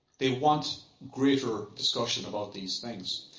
they want greater discussion about these things.